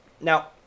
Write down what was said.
Now